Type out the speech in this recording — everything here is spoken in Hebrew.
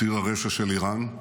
ציר הרשע של איראן,